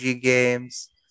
games